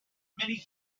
many